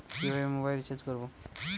কিভাবে mobile recharge করব?